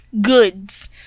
goods